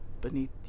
beneath